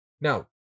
Now